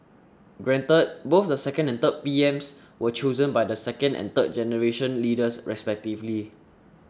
granted both the second and third PMs were chosen by the second and third generation leaders respectively